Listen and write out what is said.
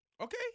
Okay